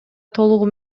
толугу